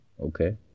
okay